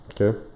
okay